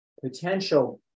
potential